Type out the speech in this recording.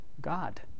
God